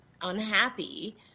unhappy